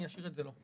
אני אשאיר את זה לו.